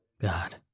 God